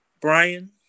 Brian